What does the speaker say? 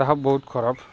ତାହା ବହୁତ ଖରାପ